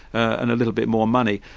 and a little bit more money.